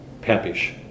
papish